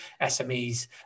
SMEs